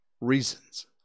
reasons